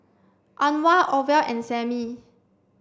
Anwar Orval and Sammy